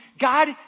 God